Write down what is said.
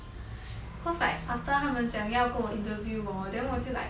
cause like after 他们讲要跟我 interview hor then 我就 like